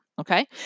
okay